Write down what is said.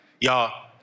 Y'all